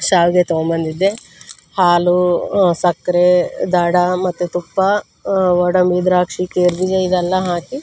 ಶಾವಿಗೆ ತೊಗೊಂಡ್ಬಂದಿದ್ದೆ ಹಾಲು ಸಕ್ಕರೆ ದಾಡಾ ಮತ್ತು ತುಪ್ಪ ಗೋಡಂಬಿ ದ್ರಾಕ್ಷಿ ಗೇರುಬೀಜ ಇದೆಲ್ಲ ಹಾಕಿ